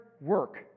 work